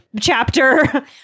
chapter